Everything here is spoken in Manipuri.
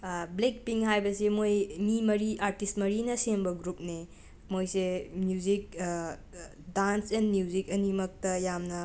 ꯕ꯭ꯂꯦꯛ ꯄꯤꯡ ꯍꯥꯏꯕꯁꯤ ꯃꯣꯏ ꯃꯤ ꯃꯔꯤ ꯑꯥꯔꯇꯤꯁ ꯃꯔꯤꯅ ꯁꯦꯝꯕ ꯒ꯭ꯔꯨꯞꯅꯤ ꯃꯣꯏꯁꯦ ꯃ꯭ꯌꯨꯖꯤꯛ ꯗꯥꯟꯁ ꯑꯦꯟ ꯃ꯭ꯌꯨꯖꯤꯛ ꯑꯅꯤꯃꯛꯇ ꯌꯥꯝꯅ